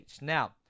now